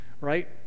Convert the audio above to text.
right